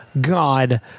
God